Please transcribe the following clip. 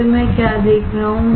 फिर मैं क्या देख रहा हूँ